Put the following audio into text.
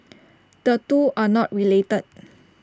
the two are not related